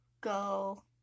go